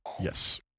Yes